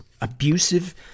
abusive